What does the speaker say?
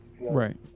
Right